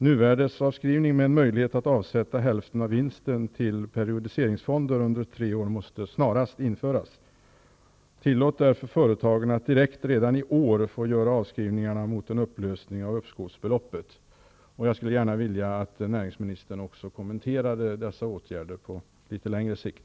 Nuvärdesavskrivning med möjlighet att avsätta hälften av vinsten till periodiceringsfonder under tre år måste snarast införas. Tillåt därför företagen att direkt redan i år få göra avskrivningarna mot en upplösning av uppskovsbeloppet! Jag skulle gärna vilja att näringsministern också kommenterade dessa åtgärder på litet längre sikt.